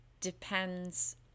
depends